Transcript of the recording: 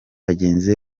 bagenzi